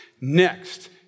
Next